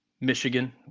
Michigan